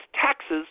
taxes